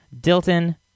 Dilton